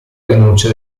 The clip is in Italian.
rinuncia